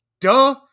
duh